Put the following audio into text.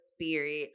spirit